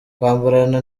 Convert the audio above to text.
kwambarana